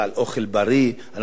אנחנו צריכים הרבה ירקות,